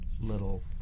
little